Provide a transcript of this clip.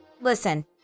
Listen